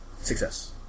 Success